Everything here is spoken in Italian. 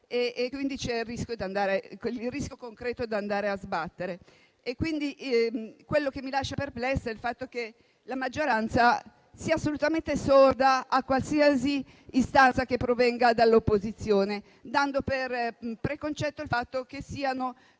quindi c'è il rischio concreto di andare a sbattere. Quello che mi lascia perplessa è il fatto che la maggioranza sia assolutamente sorda a qualsiasi istanza proveniente dall'opposizione, dando per preconcetto il fatto che siano